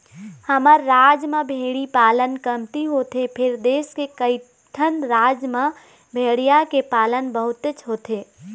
हमर राज म भेड़ी पालन कमती होथे फेर देश के कइठन राज म भेड़िया के पालन बहुतेच होथे